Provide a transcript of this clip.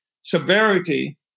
severity